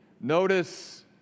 Notice